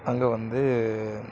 அங்கே வந்து